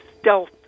stealth